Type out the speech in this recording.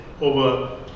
over